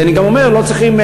כי אני גם אומר שלא צריכים,